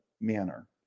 manner